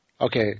Okay